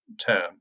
term